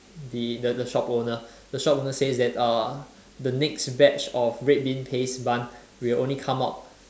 the the the shop owner the shop owner says that uh the next batch of red bean paste bun will only come out